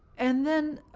and then,